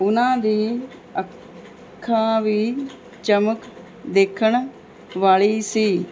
ਉਨਾਂ ਦੀ ਅੱਖਾਂ ਵੀ ਚਮਕ ਦੇਖਣ ਵਾਲ਼ੀ ਸੀ